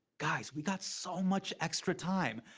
guys, we got so much extra time.